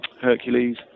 Hercules